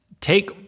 take